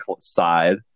side